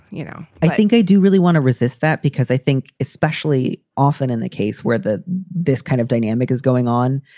you know, i think i do really want to resist that because i think especially often in the case where the this kind of dynamic is going on,